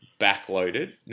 backloaded